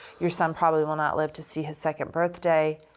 your son probably will not live to see his second birthday.